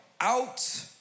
out